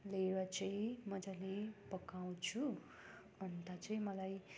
लिएर चाहिँ मजाले पकाउँछु अन्त चाहिँ मलाई